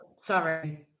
Sorry